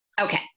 okay